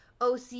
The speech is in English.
OC